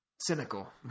cynical